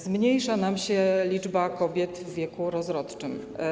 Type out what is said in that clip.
Zmniejsza się liczba kobiet w wieku rozrodczym.